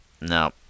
no